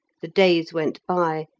the days went by,